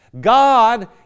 God